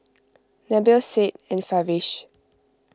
Nabil Said and Farish